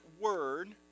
word